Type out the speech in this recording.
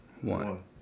one